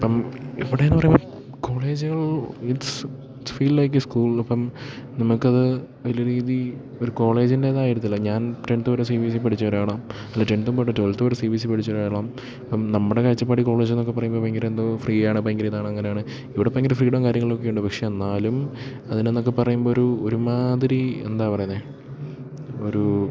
ഇപ്പം ഇവിടേന്ന് പറയുമ്പോൾ കോളേജ്കൾ it's feel like school from നമുക്കത് വലിയ രീതി ഒരു കോളേജിൻ്റെ തായെട്ത്തില്ല ഞാൻ ടെൻത് വരെ സി ബി എസ് സി പഠിച്ചവരാണ് അല്ല ടെൻത്തും വേണ്ട ട്വൽത്ത് വരെ സി ബി എസ് സി പഠിച്ചൊരാളും നമ്മുടെ കാഴ്ചപ്പാടിൽ കോളേജ് എന്നൊക്കെ പറയുമ്പോൾ ഭയങ്കര എന്തോ ഫ്രീയാണ് ഭയങ്കര ഇതാണ് അങ്ങനാണ് ഇവിടെ ഭയങ്കര ഫ്രീഡം കാര്യങ്ങളൊക്കെ ഉണ്ട് പക്ഷേ എന്നാലും അതിനന്നൊക്കെ പറയുമ്പം ഒരുമാതിരി എന്താ പറയുന്നേ ഒരു